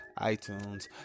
iTunes